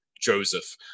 Joseph